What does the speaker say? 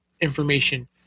information